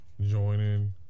joining